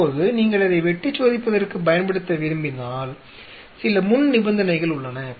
இப்போது நீங்கள் அதை வெட்டிச்சோதிப்பதற்குப் பயன்படுத்த விரும்பினால் சில முன்நிபந்தனைகள் உள்ளன